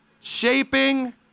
shaping